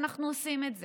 אנחנו עושים את זה.